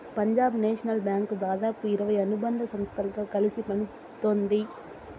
Punjab National Bank దాదాపు ఇరవై అనుబంధ సంస్థలతో కలిసి పనిత్తోంది